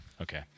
Okay